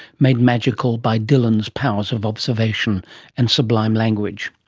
made magical by dylan's powers of observation and sublime language.